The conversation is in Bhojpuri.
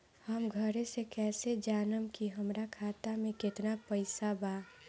हम घरे से कैसे जानम की हमरा खाता मे केतना पैसा बा?